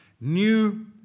new